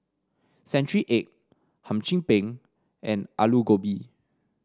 Century Egg Hum Chim Peng and Aloo Gobi